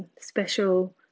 special